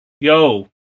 Yo